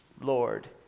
Lord